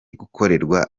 gukorerwa